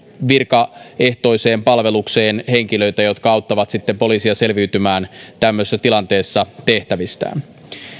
virkaehtoiseen palvelukseen henkilöitä jotka auttavat sitten poliisia selviytymään tämmöisessä tilanteessa tehtävistään